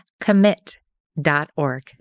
commit.org